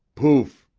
poof!